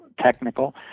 technical